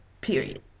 period